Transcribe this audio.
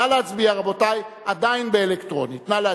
נא להצביע, רבותי, עדיין באלקטרונית, נא להצביע.